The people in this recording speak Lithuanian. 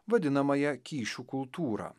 vadinamąją kyšių kultūrą